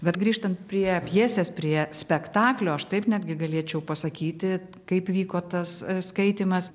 bet grįžtant prie pjesės prie spektaklio aš taip netgi galėčiau pasakyti kaip vyko tas skaitymas